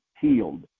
healed